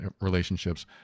relationships